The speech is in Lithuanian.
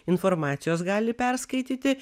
informacijos gali perskaityti